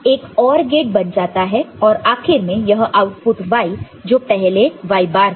तो यह एक OR गेट बन जाता है और आखिर में यह आउटपुट Y जो पहले Y बार था